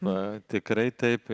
na tikrai taip